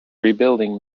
rebuilding